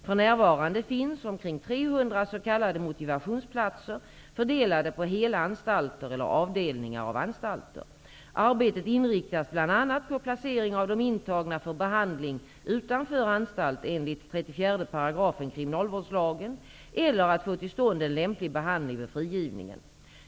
För närvarande finns omkring 300 s.k. motivationsplatser fördelade på hela anstalter eller avdelningar av anstalter. Arbetet inriktas bl.a. på placering av de intagna för behandling utanför anstalt enligt 34 § kriminalvårdslagen eller på att få till stånd en lämplig behandling vid frigivningen.